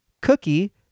Cookie